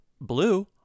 blue